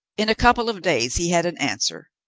in a couple of days he had an answer.